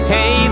Hey